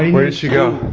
where did she go?